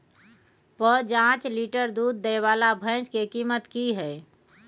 प जॉंच लीटर दूध दैय वाला भैंस के कीमत की हय?